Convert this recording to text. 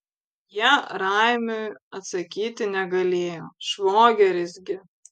jie raimiui atsakyti negalėjo švogeris gi